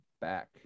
back